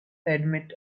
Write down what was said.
admit